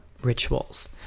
Rituals